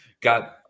got